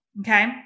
Okay